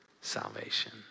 salvation